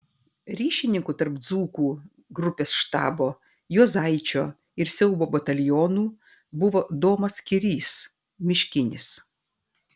ryšininku tarp dzūkų grupės štabo juozaičio ir siaubo batalionų buvo domas kirys miškinis